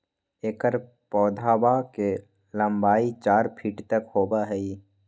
एकर पौधवा के लंबाई चार फीट तक होबा हई